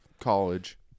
college